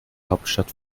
hauptstadt